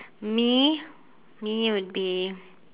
me me would be